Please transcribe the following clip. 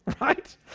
right